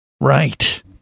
Right